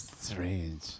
strange